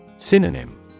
Synonym